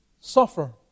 suffer